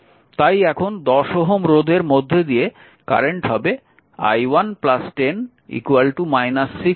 তাই এখন 10 Ω রোধের মধ্য দিয়ে কারেন্ট হবে i1 10 6 10 4 অ্যাম্পিয়ার